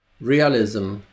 realism